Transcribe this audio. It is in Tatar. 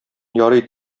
ярый